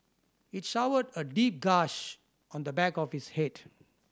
it showed a deep gash on the back of his head